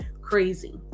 crazy